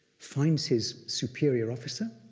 finds his superior officer,